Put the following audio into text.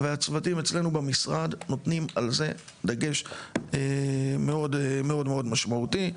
והצוותים אצלנו במשרד נותנים על זה דגש מאוד מאוד משמעותי.